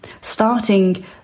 starting